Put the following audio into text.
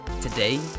Today